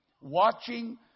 watching